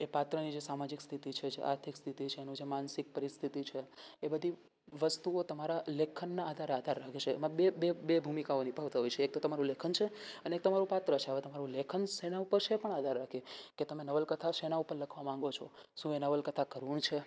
એ પાત્રની જે સામાજિક સ્થિતિ છે જે આર્થિક સ્થિતિ છે એનું જે માનસિક પરિસ્થિતિ છે એ બધી વસ્તુઓ તમારા લેખનને આધારે આધાર રાખે છે એમાં બે બે બે ભૂમિકાઓ નિભાવતા હોય છે એક તો તમારું લેખન છે એ અને તમારું પાત્ર છે એ હવે તમારું લેખન શેના ઉપર છે એના પર પણ આધાર રાખે કે તમે નવલકથા શેના ઉપર લખવા માંગો છો શું એ નવલકથા કરુણ છે